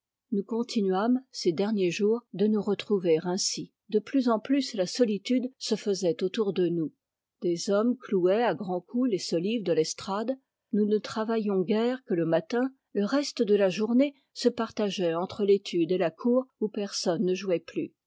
nous continuâmes ces derniers jours de nous retrouver ainsi de plus en plus la solitude se faisait autour de nous des hommes clouaient à grands coups les solives de l'estrade nous ne travaillions guère que le matin le reste de la journée se partageait entre l'étude et la cour où personne ne jouait plus